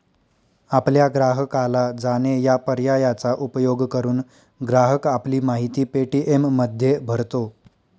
आपल्या ग्राहकाला जाणे या पर्यायाचा उपयोग करून, ग्राहक आपली माहिती पे.टी.एममध्ये भरतो